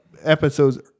episodes